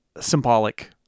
symbolic